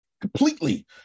Completely